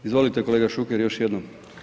Izvolite kolega Šuker još jednom.